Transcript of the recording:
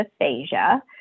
aphasia